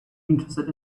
interested